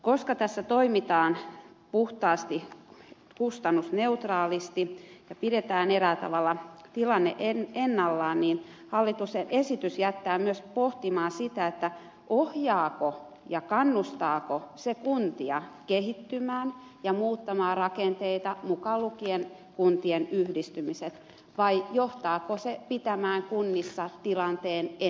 koska tässä toimitaan puhtaasti kustannusneutraalisti ja pidetään eräällä tavalla tilanne ennallaan hallituksen esitys jättää myös pohtimaan sitä ohjaako ja kannustaako se kuntia kehittymään ja muuttamaan rakenteita mukaan lukien kuntien yhdistymiset vai johtaako se pitämään kunnissa tilanteen ennallaan